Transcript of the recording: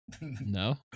No